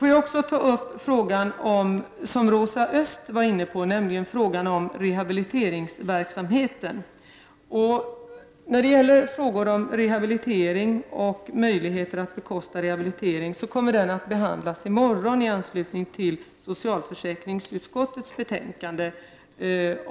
Får jag också ta upp den fråga som Rosa Östh var inne på, nämligen om rehabiliteringsverksamheten. Frågan om rehabilitering och möjligheten att bekosta rehabilitering kommer att behandlas i morgon i anslutning till socialförsäkringsutskottets betänkande.